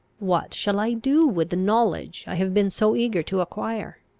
what shall i do with the knowledge i have been so eager to acquire?